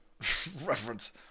reference